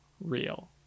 real